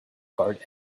guard